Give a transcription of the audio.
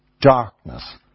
darkness